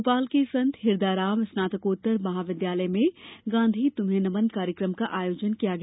भोपाल के संत हिरदाराम स्नातकोत्तर महाविद्यालय में गांधी तुम्हें नमन कार्यक्रम का आयोजन किया गया